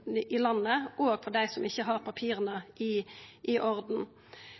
landet, også for dei som ikkje har papira i orden.